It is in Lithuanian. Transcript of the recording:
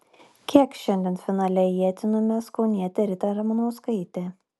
kiek šiandien finale ietį numes kaunietė rita ramanauskaitė